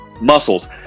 muscles